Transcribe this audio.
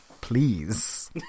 please